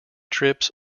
trips